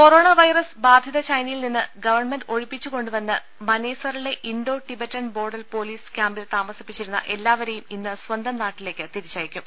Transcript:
corona virus ബാധിത ചൈനയിൽ നിന്ന് ഗവൺമെന്റ് ഒഴി പ്പിച്ചുകൊണ്ടുവന്ന് മനേസറിലെ ഇൻഡോ ടിബറ്റൻ ബോർഡൽ പൊലീസ് ക്യാമ്പിൽ താമസിപ്പിച്ചിരുന്ന എല്ലാവരെയും ഇന്ന് സന്തം നാട്ടിലേക്ക് തിരിച്ചയക്കും